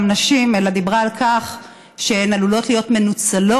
נשים אלא דיברה על כך שהן עלולות להיות מנוצלות,